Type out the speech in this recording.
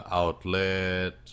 outlet